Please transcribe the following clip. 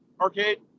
arcade